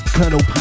Colonel